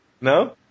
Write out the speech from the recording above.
No